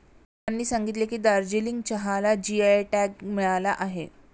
सरांनी सांगितले की, दार्जिलिंग चहाला जी.आय टॅग मिळाला आहे